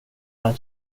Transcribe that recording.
han